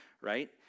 right